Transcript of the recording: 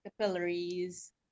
capillaries